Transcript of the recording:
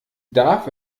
darf